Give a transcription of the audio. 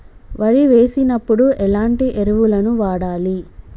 వరి వేసినప్పుడు ఎలాంటి ఎరువులను వాడాలి?